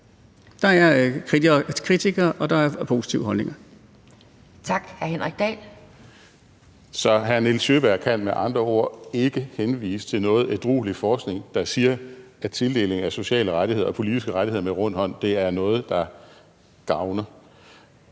Tak. Hr. Henrik Dahl. Kl. 12:28 Henrik Dahl (LA): Så hr. Nils Sjøberg kan med andre ord ikke henvise til nogen ædruelig forskning, der siger, at tildeling af sociale rettigheder og politiske rettigheder med rund hånd er noget, der gavner.